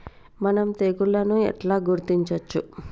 మనం తెగుళ్లను ఎట్లా గుర్తించచ్చు?